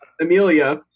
Amelia